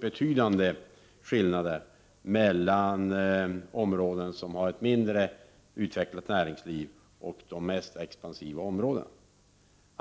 betydande skillnader inbyggda mellan de områden som har mindre utvecklat näringsliv och de mest expansiva områdena.